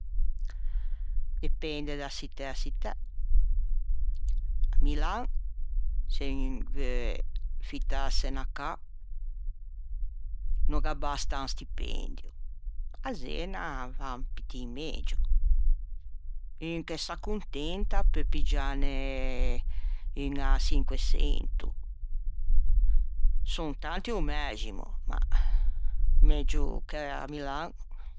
Depende da çittæ a çittæ. Milan se un o veu fittâse 'na cà no gh'abasta un stipendio. A Zena a va un pittin megio. Un ch'o s'accontenta o peu piggiâne unna çinqueçento. Son tanti o mæximo ma megio che a Milan